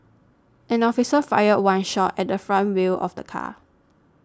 an officer fired one shot at the front wheel of the car